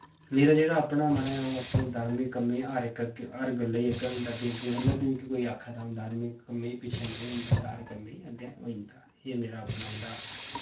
मेरा जेह्ड़ा अपना महाराज आऊं आपूं धार्मिक कम्मै हर इक हर गल्लै अग्गें होई जंदा जिसलै बी मिकी कोई आक्खै ते आऊं धार्मिक कम्में पिच्छें नेईं होंदा हर कम्मै अग्गें होई जंदा एह् मेरा अपना जेह्ड़ा